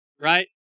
right